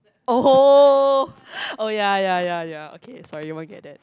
oh oh ya ya ya ya okay sorry you won't get that